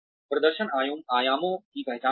प्रदर्शन आयामों की पहचान करना